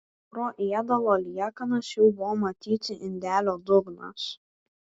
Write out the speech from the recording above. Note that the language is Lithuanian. pro ėdalo liekanas jau buvo matyti indelio dugnas